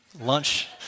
lunch